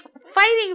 fighting